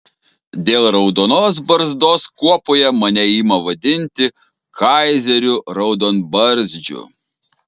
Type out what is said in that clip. dėl raudonos barzdos kuopoje mane ima vadinti kaizeriu raudonbarzdžiu